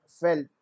fell